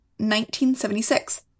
1976